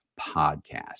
podcast